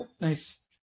nice